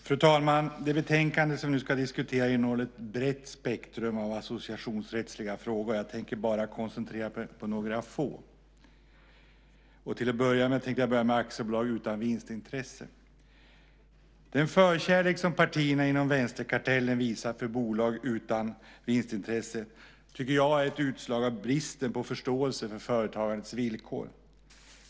Fru talman! Det betänkande som vi nu ska diskutera innehåller ett brett spektrum av associationsrättsliga frågor. Jag tänker enbart koncentrera mig på några få. Jag börjar med aktiebolag utan vinstintresse. Den förkärlek som partierna inom vänsterkartellen visar för bolag utan vinstintresse är ett utslag av bristen på förståelse för företagandets villkor.